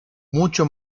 mucho